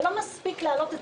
זה לא מספיק להעלות,